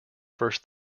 first